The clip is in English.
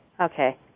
Okay